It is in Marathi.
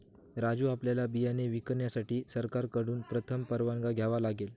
राजू आपल्याला बियाणे विकण्यासाठी सरकारकडून प्रथम परवाना घ्यावा लागेल